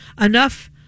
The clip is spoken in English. enough